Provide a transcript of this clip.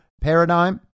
paradigm